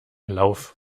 lauf